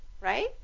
Right